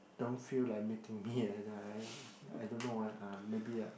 don't feel like meeting me and I I I don't I don't know why ah maybe ah